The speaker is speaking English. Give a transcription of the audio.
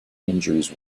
injuries